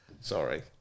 Sorry